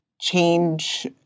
change